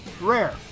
Rare